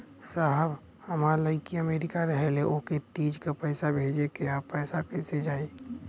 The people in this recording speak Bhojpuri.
साहब हमार लईकी अमेरिका रहेले ओके तीज क पैसा भेजे के ह पैसा कईसे जाई?